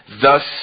Thus